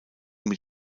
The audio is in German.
mit